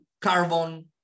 carbon